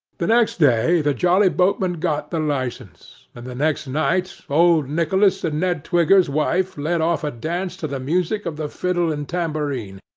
the next day, the jolly boatmen got the licence, and the next night, old nicholas and ned twigger's wife led off a dance to the music of the fiddle and tambourine,